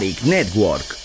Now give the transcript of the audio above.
Network